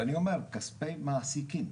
ואני אומר, כספי מעסיקים,